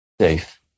safe